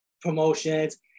promotions